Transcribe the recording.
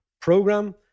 program